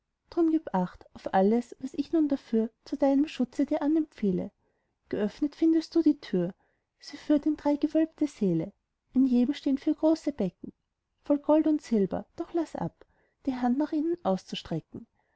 drum gib acht auf alles was ich nun dafür zu deinem schutz dir anempfehle geöffnet findest du die tür sie führt in drei gewölbte säle in jedem stehn vier große becken voll gold und silber doch laß ab die hand nach ihnen auszustrecken